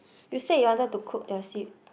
you said you wanted to cook the seed